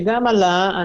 שגם עלה,